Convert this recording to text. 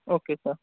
okay sir